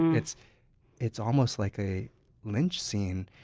it's it's almost like a lynch scene.